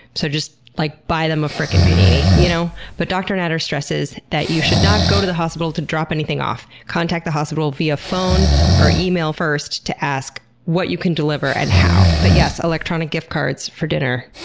so just, like, buy them a frikken panini, you know? but dr. natter stresses that you should not go to the hospital to drop anything off. contact the hospital via phone or email first to ask what you can deliver and how. but yes, electronic gift cards for dinner?